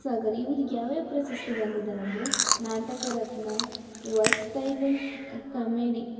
ಸಾಗರಿ ಇವ್ರಿಗೆ ಯಾವ್ಯಾವ ಪ್ರಶಸ್ತಿ ಬಂದಿದಾವೆ ಅಂದರೆ ಕರ್ನಾಟಕ ರತ್ನ ವರ್ಸ್ಟೈಲ್ ಕಮೆಡಿ